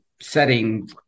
setting